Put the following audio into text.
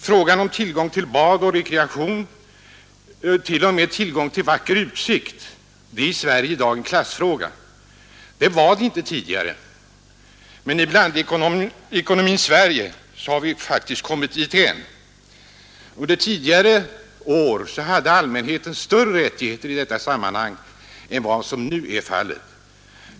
Frågan om tillgång till bad och rekreation, t.o.m. tillgång till vacker utsikt, är i Sverige i dag en klassfråga. Så var det inte tidigare, men i blandekonomins Sverige har vi faktiskt kommit dithän. Tidigare hade allmänheten större rättigheter i detta sammanhang än vad som nu är fallet.